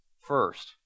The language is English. first